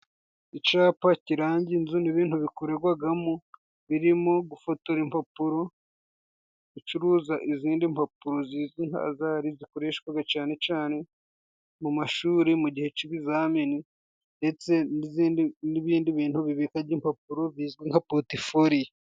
Icapa kiranga inzu n'ibintu bikoregwagamo birimo:gufotora impapuro, gucuruza izindi mpapuro zizwi nka azari zikoreshwaga cane cane mu mashuri mu gihe cy'ibizamini, ndetse n'ibindi bintu bibikaga impapuro bizwi nka potiforiyo.